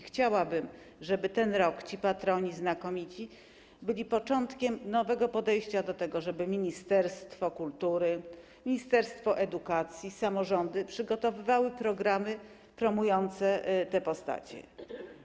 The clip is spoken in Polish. chciałabym, żeby ten rok, ci patroni znakomici byli początkiem nowego podejścia do tego, żeby ministerstwo kultury, ministerstwo edukacji, samorządy przygotowywały programy promujące te postacie.